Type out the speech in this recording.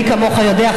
מי כמוך יודע,